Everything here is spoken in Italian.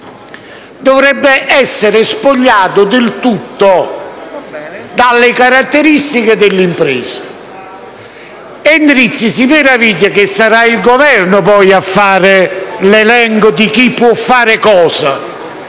dovrebbe essere spogliato del tutto dalle caratteristiche dell'impresa. Il senatore Endrizzi si meraviglia che sarà il Governo a fare l'elenco di chi può fare cosa,